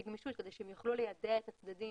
גמישות כדי שהם יוכלו ליידע את הצדדים,